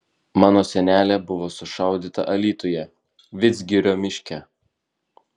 mano senelė buvo sušaudyta alytuje vidzgirio miške